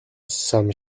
some